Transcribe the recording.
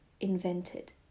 invented